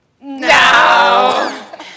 No